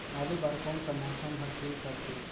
आलू बार कौन सा मौसम ह ठीक रथे?